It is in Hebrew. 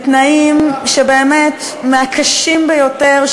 בתנאים באמת מהקשים ביותר,